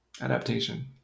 Adaptation